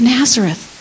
Nazareth